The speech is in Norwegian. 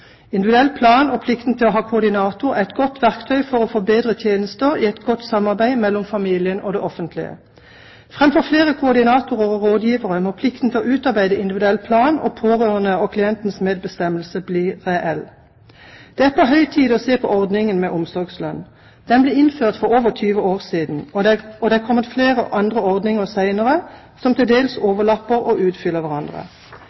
Individuell plan og plikten til å ha koordinator er et godt verktøy for å få bedre tjenester i et godt samarbeid mellom familien og det offentlige. Framfor flere koordinatorer og rådgivere må plikten til å utarbeide individuell plan og pårørendes og klientens medbestemmelse bli reell. Det er på høy tid å se på ordningen med omsorgslønn. Den ble innført for over 20 år siden, og det er kommet flere andre ordninger senere som til dels